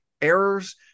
errors